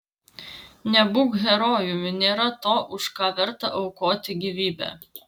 nebūk herojumi nėra to už ką verta aukoti gyvybę